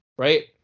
Right